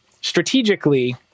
strategically